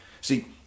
See